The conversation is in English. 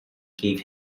gave